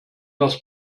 das